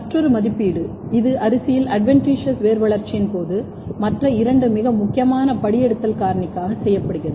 மற்றொரு மதிப்பீடு இது அரிசியில் அட்வென்டிஷியஸ் வேர் வளர்ச்சியின் போது மற்ற இரண்டு மிக முக்கியமான படியெடுத்தல் காரணிக்காக செய்யப்படுகிறது